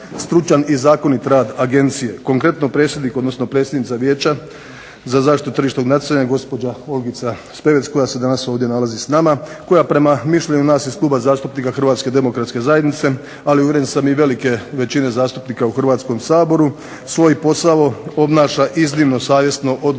zastupnika HDZ-a, ali i uvjeren sam i velike većine zastupnika u Hrvatskom saboru svoj posao obnaša iznimno savjesno, odgovorno